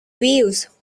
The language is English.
waves